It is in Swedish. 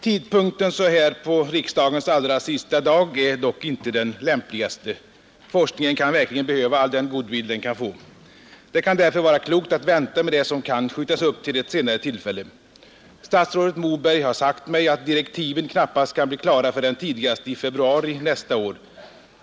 Tidpunkten så här på riksdagens allra sista dag är dock inte den lämpligaste — forskningen kan verkligen behöva all den goodwill den kan få. Det kan därför vara klokt att vänta med det som kan skjutas upp till ett senare tillfälle. Statsrådet Moberg har sagt mig, att direktiven knappast kan bli klara förrän tidigast i februari nästa år.